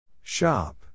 Shop